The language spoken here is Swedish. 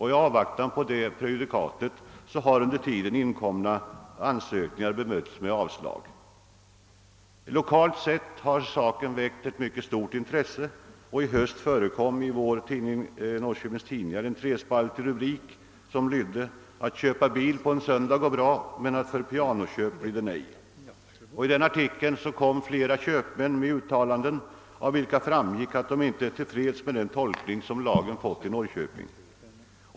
I avvaktan på detta prejudikat har under tiden inkomna ansökningar avslagits. Lokalt sett har saken väckt ett mycket stort intresse. I höst förekom i Norrköpings Tidningar-Östergötlands Dagblad en trespaltig rubrik: »Köpa bil på en söndag går bra — men för pianoköp blir det nej.» I artikeln kom flera köpmän med uttalanden, av vilka framgick att de inte är till freds med den tolkning, som lagen fått i Norrköping.